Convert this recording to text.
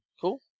Cool